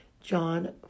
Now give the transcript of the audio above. John